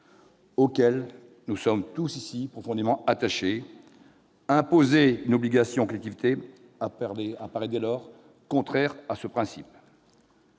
auquel nous sommes tous dans cette enceinte profondément attachés. Imposer une obligation aux collectivités apparaît dès lors contraire à ce principe.